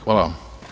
Hvala vam.